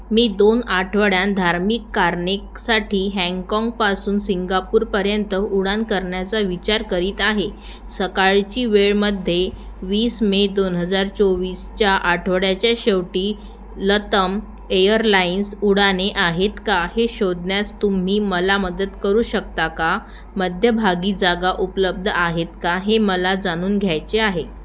मी दोन आठवड्यात धार्मिक कारणेकसाठी हँगकाँगपासून सिंगापूरपर्यंत उड्डाण करण्याचा विचार करीत आहे सकाळची वेळमध्ये वीस मे दोन हजार चोवीसच्या आठवड्याच्या शेवटी लतम एअरलाईन्स उड्डाणे आहेत का हे शोधण्यास तुम्ही मला मदत करू शकता का मध्यभागी जागा उपलब्ध आहेत का हे मला जाणून घ्यायचे आहे